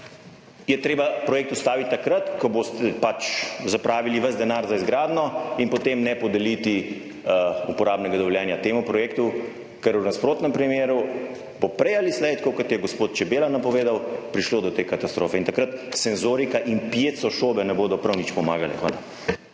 je treba projekt ustaviti takrat, ko boste pač zapravili ves denar za izgradnjo in potem ne podeliti uporabnega dovoljenja temu projektu, ker v nasprotnem primeru bo prej ali slej, tako kot je gospod Čebela napovedal, prišlo do te katastrofe in takrat senzorika in / nerazumljivo/ ne bodo prav nič pomagale.